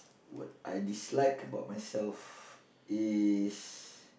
what I dislike about myself is